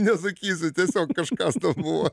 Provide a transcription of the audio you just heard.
nesakysiu tiesiog kažkas buvo